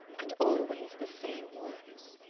and always the same words.